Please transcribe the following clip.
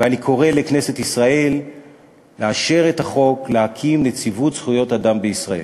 ואני קורא לכנסת ישראל לאשר את החוק להקמת נציבות זכויות אדם בישראל.